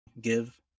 give